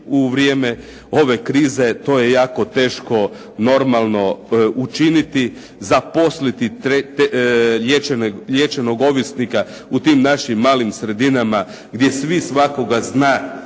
u vrijeme ove krize to je jako teško normalno učiniti, zaposliti liječenog ovisnika u tim našim malim sredinama gdje svi svakoga zna